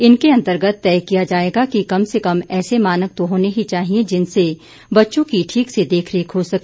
इनके अंतर्गत तय किया जाएगा कि कम से कम ऐसे मानक तो होने ही चाहिए जिनसे बच्चों की ठीक से देखरेख हो सके